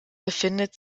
befindet